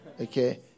okay